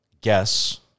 Guess